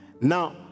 Now